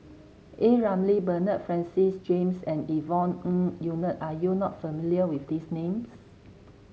A Ramli Bernard Francis James and Yvonne Ng Uhde are you not familiar with these names